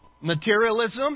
materialism